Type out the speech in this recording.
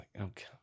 okay